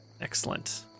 excellent